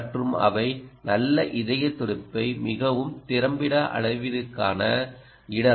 மற்றும் அவை நல்ல இதய துடிப்பை மிகவும் திறம்பட அளவிடுவதற்கான இடங்கள்